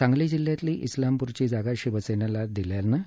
सांगली जिल्ह्यातली उलामप्रची जागा शिवसेनेला दिल्यानं